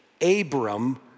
Abram